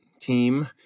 team